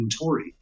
Tory